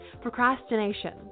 procrastination